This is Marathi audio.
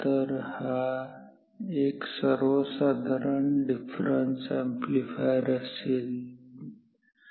तर हा एक सर्वसाधारण डिफरन्स अॅम्प्लीफायर असेल